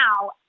now